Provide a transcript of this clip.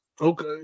okay